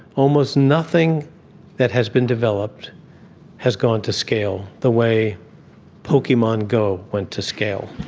almost nothing that has been developed has gone to scale the way pokemon go went to scale.